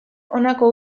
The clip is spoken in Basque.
honako